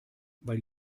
weil